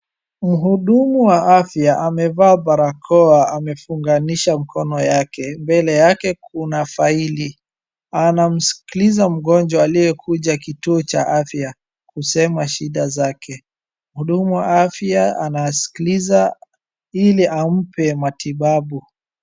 Mhudumu wa afya amevaa barakoa amefunganisha mkono yake. Mbele yake kuna faili. Anamsikiliza mgonjwa aliyekuja kituo cha afya kusema shida zake. Mhudumu wa afya anasikiliza ili ampe matibabu.